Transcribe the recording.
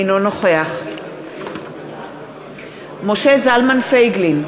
אינו נוכח משה זלמן פייגלין,